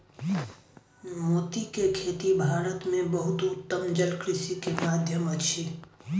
मोती के खेती भारत में बहुत उत्तम जलकृषि के माध्यम अछि